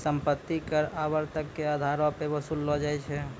सम्पति कर आवर्तक के अधारो पे वसूललो जाय छै